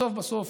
בסוף בסוף,